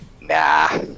nah